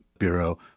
Bureau